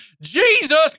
Jesus